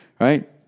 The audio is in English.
right